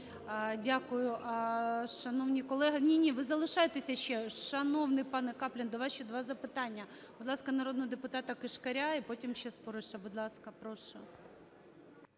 секунд, прошу. Дякую. Ні-ні, ви залишайтеся ще. Шановний пане Каплін, до вас ще два запитання. Будь ласка, народного депутата Кишкаря і потім ще Спориша. Будь ласка, прошу.